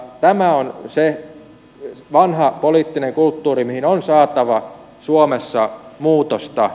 tämä on se vanha poliittinen kulttuuri mihin on saatava suomessa muutosta